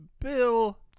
Bill